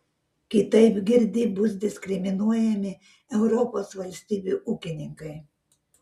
kitaip girdi bus diskriminuojami europos valstybių ūkininkai